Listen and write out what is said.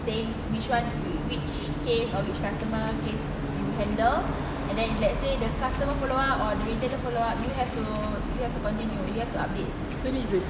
saying which one which case or which customer case you handle and then you let's said the customer follow up or the retailer follow up you have to you have to continue you have to update